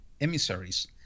emissaries